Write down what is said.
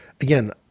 Again